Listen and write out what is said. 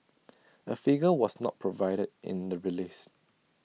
A figure was not provided in the release